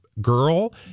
girl